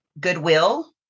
Goodwill